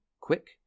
quick